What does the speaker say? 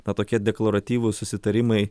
na tokie deklaratyvūs susitarimai